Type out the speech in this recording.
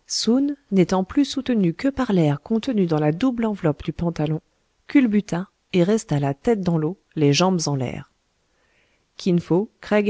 n'étant plus soutenu que par l'air contenu dans la double enveloppe du pantalon culbuta et resta la tête dans l'eau les jambes en l'air kin fo craig